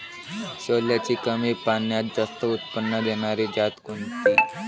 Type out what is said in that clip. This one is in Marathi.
सोल्याची कमी पान्यात जास्त उत्पन्न देनारी जात कोनची?